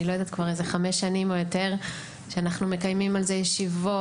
כבר חמש שנים או יותר אנחנו מקיימים ישיבות